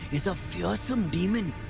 is a fearsome demon.